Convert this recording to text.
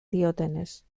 diotenez